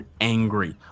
angry